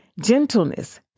gentleness